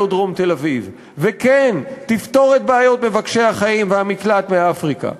דרום תל-אביב וכן תפתור את בעיות מבקשי החיים והמקלט מאפריקה.